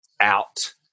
out